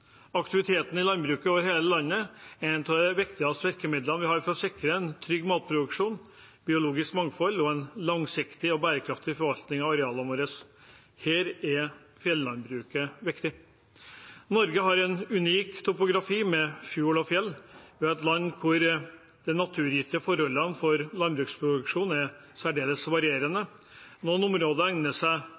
Aktiviteten i landbruket over hele landet er et av de viktigste virkemidlene vi har for å sikre trygg matproduksjon, biologisk mangfold og en langsiktig og bærekraftig forvaltning av arealene våre. Her er fjellandbruket viktig. Norge har en unik topografi med fjord og fjell. Vi har et land der de naturgitte forholdene for landbruksproduksjon er særdeles varierende. Noen områder egner seg